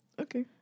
okay